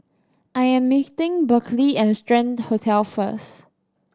I am meeting Berkley at Strand Hotel first